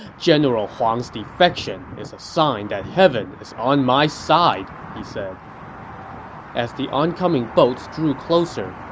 general huang's defection is a sign that heaven is on my side! he said as the oncoming boats drew closer,